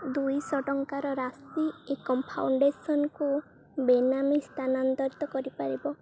ଦୁଇଶହ ଟଙ୍କାର ରାଶି ଏକମ୍ ଫାଉଣ୍ଡେସନ୍କୁ ବେନାମୀ ସ୍ଥାନାନ୍ତରିତ କରିପାରିବ